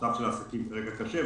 המצב של העסקים עדיין קשה,